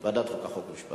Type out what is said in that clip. ועדת חוקה, חוק ומשפט.